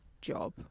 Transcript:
job